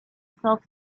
self